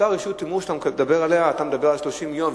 אותה רשות שאתה מדבר עליה, אתה מדבר על 30 יום.